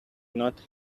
not